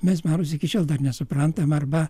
mes man rodos dar iki šiol dar nesuprantam arba